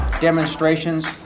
demonstrations